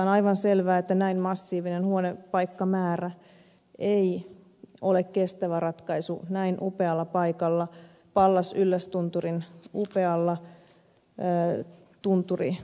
on aivan selvää että näin massiivinen huonepaikkamäärä ei ole kestävä ratkaisu näin upealla paikalla pallas yllästunturin upealla tunturimaisemalla